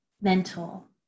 mental